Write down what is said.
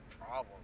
problem